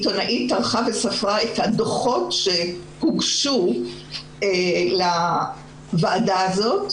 עיתונאית טרחה וספרה את הדוחות שהוגשו לוועדה הזאת,